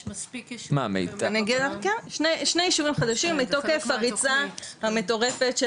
שני יישובים חדשים מתוקף הריצה המטורפת של